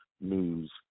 News